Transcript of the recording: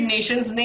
Nations